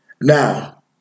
Now